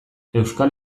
euskal